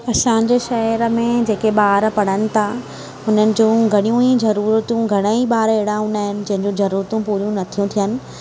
असांजे शहर में जेके ॿार पढ़नि था उन्हनि जूं घणियूं ई ज़रूरतूं घणाई ॿार अहिड़ा हूंदा आहिनि जंहिंजी ज़रूरतूं पूरियूं नथी थियनि